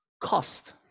cost